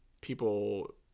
people